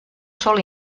sol